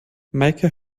meike